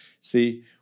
See